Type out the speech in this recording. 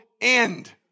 end